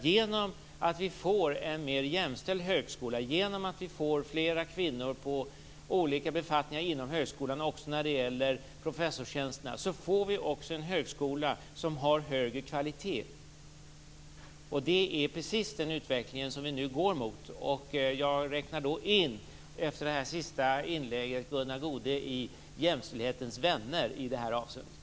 Genom att vi får en mer jämställd högskola, genom att vi får flera kvinnor på olika befattningar inom högskolan, också när det gäller professorstjänsterna, får vi också en högskola som har högre kvalitet. Det är precis den utvecklingen som vi nu går mot. Jag räknar då, efter det senaste inlägget, in Gunnar Goude bland jämställdhetens vänner i det här avseendet.